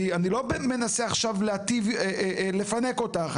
כי אני לא מנסה לפנק אותך,